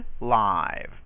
live